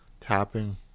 tapping